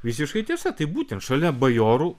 visiškai tiesa tai būtent šalia bajorų